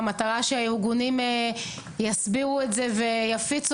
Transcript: המטרה היא שהארגונים יסבירו את זה ויפיצו